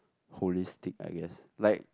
holistic I guess like